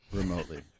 remotely